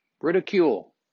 ridicule